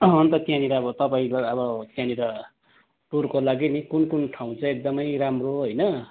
अँ अन्त त्यहाँनिर अब तपाईँबाट अब त्यहाँनिर टुरको लागि नि कुन कुन ठाउँ चाहिँ एकदमै राम्रो होइन